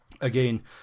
again